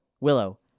Willow